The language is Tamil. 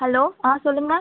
ஹலோ ஆ சொல்லுங்கள்